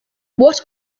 what